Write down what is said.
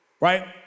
right